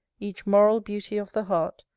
each moral beauty of the heart,